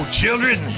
children